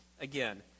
again